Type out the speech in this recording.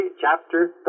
chapter